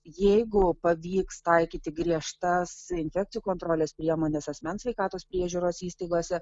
jeigu pavyks taikyti griežtas infekcijų kontrolės priemones asmens sveikatos priežiūros įstaigose